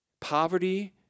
Poverty